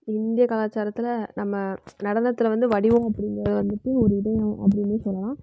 இந்திய கலாச்சாரத்தில் நம்ம நடனத்தில் வந்து வடிவம் அப்படிங்கிறது வந்துட்டு ஒரு இதயம் அப்படினே சொல்லலாம்